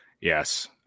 Yes